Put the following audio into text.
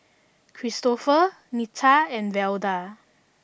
Kristofer Nita and Velda